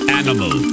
animal